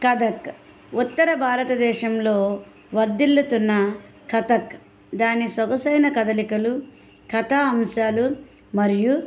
కథక్ ఉత్తర భారతదేశంలో వర్ధిల్లుతున్న కథక్ దాని సొగసైన కదలికలు కథా అంశాలు మరియు